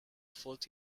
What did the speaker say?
float